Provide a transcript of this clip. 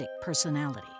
personality